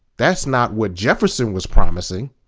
that's not what jefferson was promising.